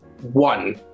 one